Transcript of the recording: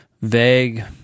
vague